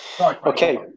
Okay